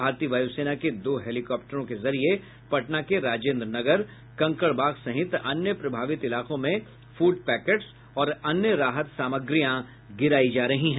भारतीय वायु सेना के दो हेलीकाप्टरों के जरिए पटना के राजेन्द्रनगर कंकड़बाग सहित अन्य प्रभावित इलाकों में फूड पैकेट्स और अन्य राहत सामग्रियां गिरायी जा रही है